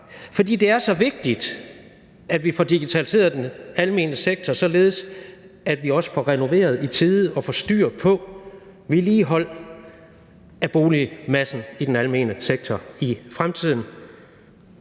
for det er så vigtigt, at vi får digitaliseret den almene sektor, således at vi også får renoveret i tide og får styr på vedligehold af boligmassen i den almene sektor i fremtiden.